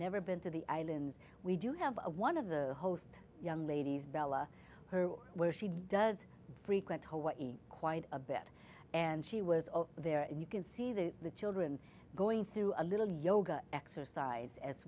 never been to the islands we do have one of the host young ladies bella her where she does frequent hawaii quite a bit and she was there and you can see the the children going through a little yoga exercise as